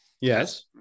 yes